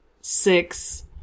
six